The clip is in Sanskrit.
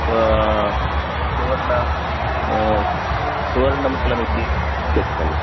सुवर्ण सुवर्णमूलमिति उच्यते खलु